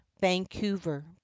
Vancouver